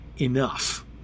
enough